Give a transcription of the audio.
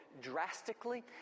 drastically